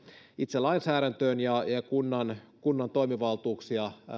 itse lainsäädäntöön ja ja kunnan kunnan toimivaltuuksia